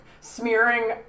smearing